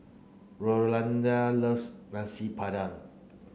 Rolanda loves Nasi Padang